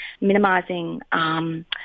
minimising